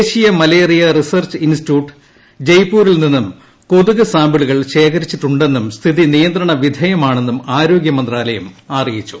ദേശീയ malaria research institute ജയ്പൂരിൽ നിന്നും കൊതുക് സാമ്പിളുകൾ ശേഖരിച്ചിട്ടുണ്ടെന്നും സ്ഥിതി നിയന്ത്രണ വിധേയമാണെന്നും ആരോഗ്യ മന്ത്രാലയം അറിയിച്ചു